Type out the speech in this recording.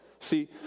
See